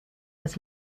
das